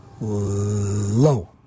low